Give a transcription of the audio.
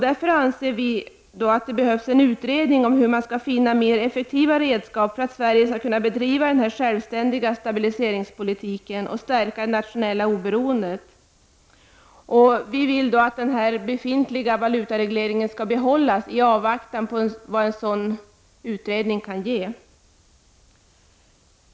Vi anser därför att det behövs en utredning om hur man skall finna mer effektiva redskap för att Sverige skall kunna bedriva en självständig stabiliseringspolitik och stärka vårt nationella oberoende. Vi tycker att den befintliga valutaregleringen skall behållas i avvaktan på vad en sådan utredning kan ge.